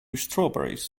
strawberries